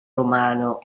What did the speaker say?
romano